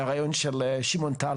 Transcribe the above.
היה רעיון של שמעון טל,